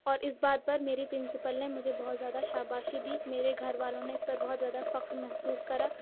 اور اس بات پر میری پرنسپل نے مجھے بہت زیادہ شاباشی دی میرے گھر والوں نے اس پر بہت زیادہ فخر محسوس کرا